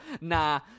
nah